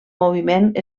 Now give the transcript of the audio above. moviment